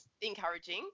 encouraging